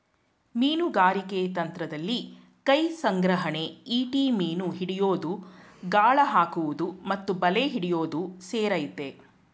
ಮೀನುಗಾರಿಕೆ ತಂತ್ರದಲ್ಲಿ ಕೈಸಂಗ್ರಹಣೆ ಈಟಿ ಮೀನು ಹಿಡಿಯೋದು ಗಾಳ ಹಾಕುವುದು ಮತ್ತು ಬಲೆ ಹಿಡಿಯೋದು ಸೇರಯ್ತೆ